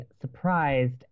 surprised